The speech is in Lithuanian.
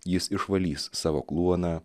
jis išvalys savo kluoną